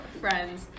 Friends